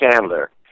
Chandler